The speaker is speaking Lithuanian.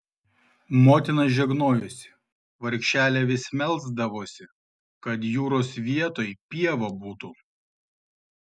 motina žegnojosi vargšelė vis melsdavosi kad jūros vietoj pieva būtų